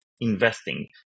investing